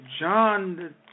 John